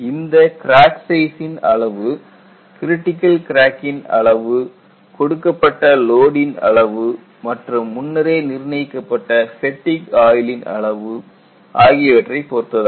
இந்த கிராக் சைஸின் அளவு க்ரிட்டிக்கல் கிராக்கின் அளவு கொடுக்கப்பட்ட லோடின் அளவு மற்றும் முன்னரே நிர்ணயிக்கப்பட்ட ஃபேட்டிக் ஆயுளின் அளவு ஆகியவற்றை பொருத்ததாகும்